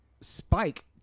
spike